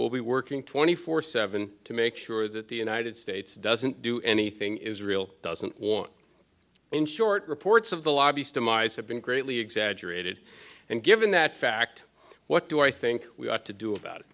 be working twenty four seven to make sure that the united states doesn't do anything israel doesn't want in short reports of the lobbyist demise have been greatly exaggerated and given that fact what do i think we ought to do about it